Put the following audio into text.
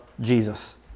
Jesus